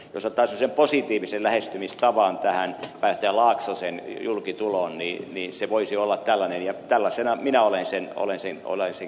jos ottaa semmoisen positiivisen lähestymistavan tähän pääjohtaja laaksosen julkituloon niin se voisi olla tällainen ja tällaisena minä olen sen kyllä käsitellyt